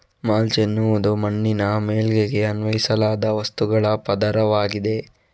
mulch ಎನ್ನುವುದು ಮಣ್ಣಿನ ಮೇಲ್ಮೈಗೆ ಅನ್ವಯಿಸಲಾದ ವಸ್ತುಗಳ ಪದರವಾಗಿದೆ